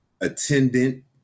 attendant